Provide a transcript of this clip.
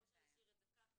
או שנשאיר את זה כך.